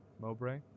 Mowbray